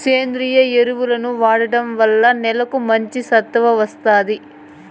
సేంద్రీయ ఎరువులను వాడటం వల్ల నేలకు మంచి సత్తువ వస్తాది